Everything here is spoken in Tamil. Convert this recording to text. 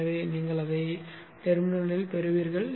எனவே நீங்கள் அதை முனையத்தில் பெறுவீர்கள்